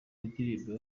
indirimbo